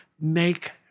make –